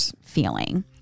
feeling